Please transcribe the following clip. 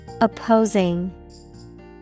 Opposing